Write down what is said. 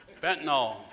Fentanyl